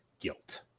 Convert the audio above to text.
guilt